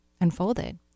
unfolded